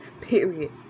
period